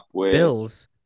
bills